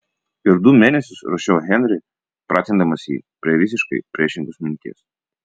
ir du mėnesius ruošiau henrį pratindamas jį prie visiškai priešingos minties